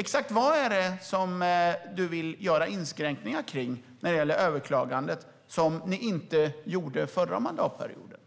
Exakt vad är det som du vill göra inskränkningar kring när det gäller överklagandet och som ni inte gjorde under den förra mandatperioden?